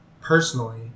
personally